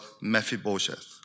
Mephibosheth